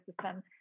system